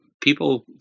people